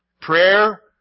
Prayer